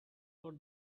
for